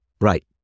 Right